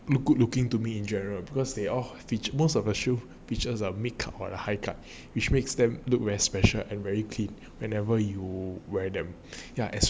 look good looking to me in general because they all feature most of the shoe pictures or makeup or your high cut which makes them look where special and very clean and I'm more into wearing them yeah